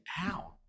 out